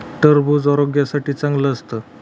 टरबूज आरोग्यासाठी चांगलं असतं